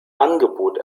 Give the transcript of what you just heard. angebot